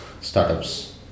startups